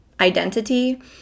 Identity